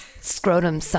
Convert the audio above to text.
scrotum